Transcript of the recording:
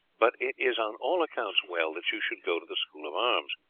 but it is on all accounts well that you should go to the school of arms.